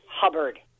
Hubbard